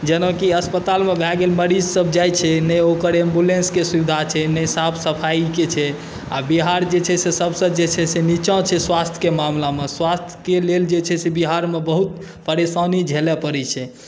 जेनाकि अस्पतालमे भए गेल मरीजसभ जाइत छै नहि ओकर एम्बुलेन्सके सुविधा छै नहि साफ सफाइके छै आ बिहार जे छै से सभसँ जे छै से नीचा छै स्वास्थके मामिलामे स्वास्थके लेल जे छै से बिहारमे बहुत परेशानी झेलय पड़ैत छै